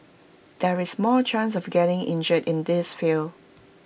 there is more chance of getting injured in this field